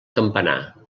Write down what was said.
campanar